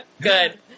Good